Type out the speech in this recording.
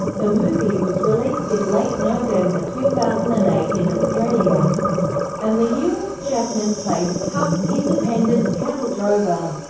the movie was released in late november two thousand and eight in australia and the u s. jackman played a tough, independent cattle drover,